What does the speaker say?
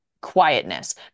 quietness